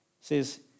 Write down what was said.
says